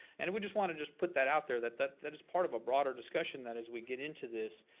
and we just wanna just put that out there, that that that is part of a broader discussion, that as we get into this,